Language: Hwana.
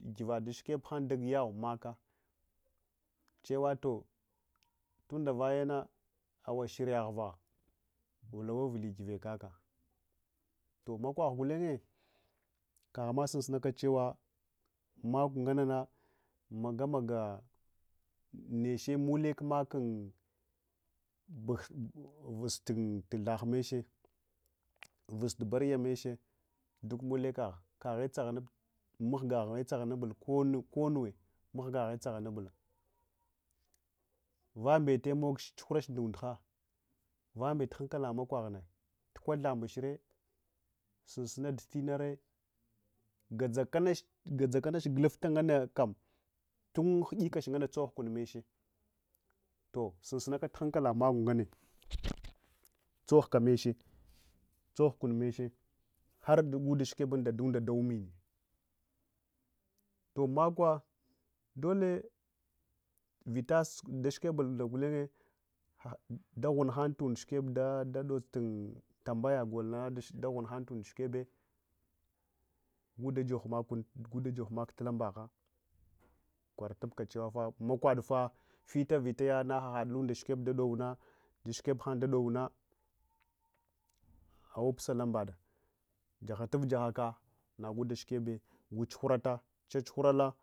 Ndagul yaghumaka cewa toh owndavayena awashiryava vulawa davayena awashiryava vulawa vulet give kaka toh makwah ngulengye kalima sunsunaka cewa maku ngannana magamaga niche mulek mak guvus gthagmeche guvus bariya meche dukmulekah kaghe tsahanufta mahgahe tsahanuvul konnuwe mahgahe tsahanuvul vambetche tawurache ndunduha vambete hankala makwahana tukwaghambuchre sunsuna dudefre gadzakana gulfta ngannekam tunghuɗikache tsohul meche toh, sunsunaka tuhankala makwa nganne tsohka meche, tsohukun meche hardun shikeb daɗun hukun mech hardun shikeb daɗun nda da’umma toh, makwa dole vitas dazhkwebul ngulenye ɗaghunhan bunɗi shikebbe dadosal tambaya golna dahunghan lunda ɛhikebe guda johmakta lambagha kwaratubka cewa anafah makwadfa vita vitayana ahad daghamda daɛhikebe dadowuna ɛhikeh han dadowuna awupsa lambada jahaturjahaka nagu daɛhkebe dsuhurat chachuhurala.